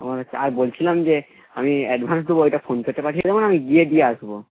আর বলছিলাম যে আমি অ্যাডভান্স দেবো ওইটা ফোনপেতে পাঠিয়ে দেবো না আমি গিয়ে দিয়ে আসবো